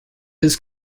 his